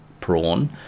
prawn